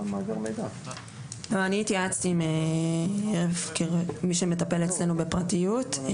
לא, אני התייעצתי עם מי שמטפל אצלנו בפרטיות.